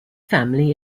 family